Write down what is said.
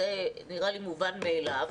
זה נראה לי מובן מאליו.